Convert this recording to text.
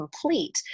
complete